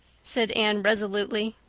said anne resolutely.